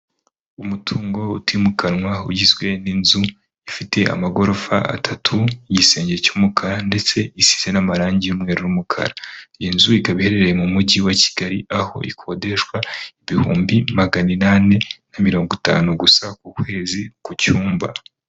Umutungo utimukanwa ugizwe n'inzu ifite amagorofa atatu y'igisenge cy'umukara ndetse isize n'amarangi y'umweru n'umukara, iyi nzu ikaba iherereye mu mujyi wa Kigali aho ikodeshwa ibihumbi magana inani na mirongo itanu gusa ukwezi ku cyumba.